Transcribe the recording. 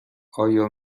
آیا